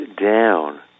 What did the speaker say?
down